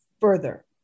further